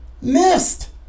missed